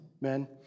men